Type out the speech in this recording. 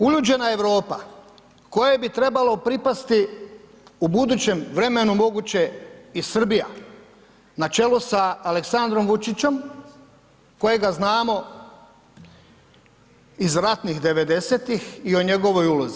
Uljuđena Europa kojoj bi trebalo pripasti u budućem vremenu moguće i Srbija, na čelu sa Aleksandrom Vučićem kojega znamo iz ratnih '90-ih i o njegovoj ulozi.